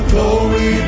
Glory